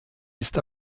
ist